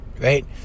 right